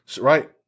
right